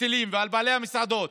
ועל בעלי המסעדות,